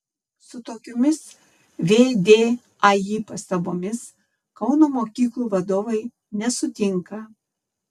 su tokiomis vdai pastabomis kauno mokyklų vadovai nesutinka